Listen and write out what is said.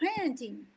parenting